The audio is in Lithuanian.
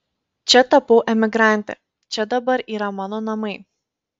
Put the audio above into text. čia tapau emigrante čia dabar yra mano namai